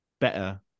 better